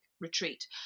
retreat